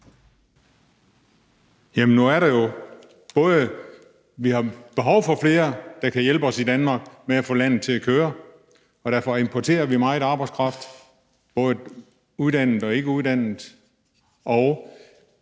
Jamen nu har vi jo både behov for flere, der kan hjælpe os i Danmark med at få landet til at køre, og derfor importerer vi meget arbejdskraft, både uddannet og ikkeuddannet, og